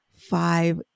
five